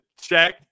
check